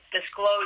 disclose